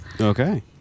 Okay